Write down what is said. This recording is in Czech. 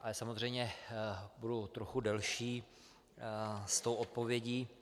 Ale samozřejmě budu trochu delší s tou odpovědí.